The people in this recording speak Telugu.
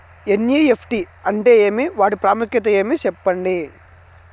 ఎన్.ఇ.ఎఫ్.టి అంటే ఏమి వాటి ప్రాముఖ్యత ఏమి? సెప్పండి?